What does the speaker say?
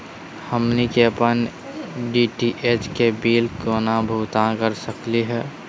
हमनी के अपन डी.टी.एच के बिल केना भुगतान कर सकली हे?